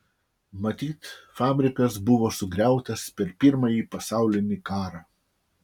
matyt fabrikas buvo sugriautas per pirmąjį pasaulinį karą